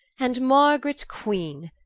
and margaret queen,